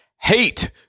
hate